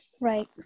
Right